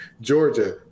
Georgia